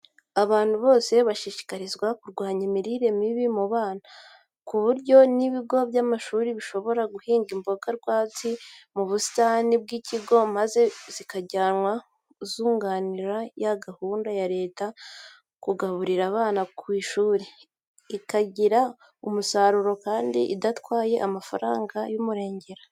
Abantu bose bashishikarizwa kurwanya imirire mibi mu bana, ku buryo n'ibigo by'amashuri bishobora guhinga imboga rwatsi mu busitani bw'ikigo, maze zikajya zunganira ya gahunda ya leta yo kugaburira abana ku ishuri, ikagira umusaruro kandi idatwaye amafaranga y'umurengera.